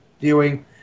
viewing